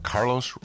Carlos